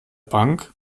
bank